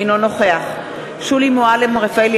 אינו נוכח שולי מועלם-רפאלי,